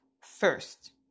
First